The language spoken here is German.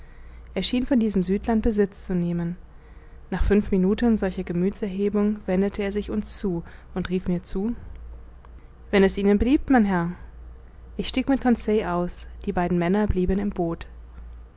schien von diesem südland besitz zu nehmen nach fünf minuten solcher gemüthserhebung wendete er sich zu uns und rief mir zu wenn es ihnen beliebt mein herr ich stieg mit conseil aus die beiden männer blieben im boot